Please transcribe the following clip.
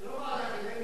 זה לא ועד אקדמי,